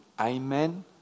Amen